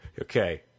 Okay